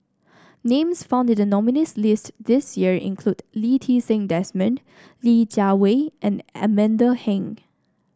names found in the nominees' list this year include Lee Ti Seng Desmond Li Jiawei and Amanda Heng